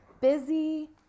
Busy